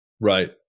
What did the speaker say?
Right